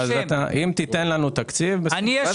אם תיתן לנו תקציב -- אני אשם,